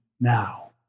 now